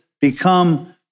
become